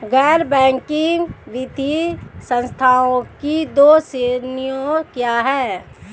गैर बैंकिंग वित्तीय संस्थानों की दो श्रेणियाँ क्या हैं?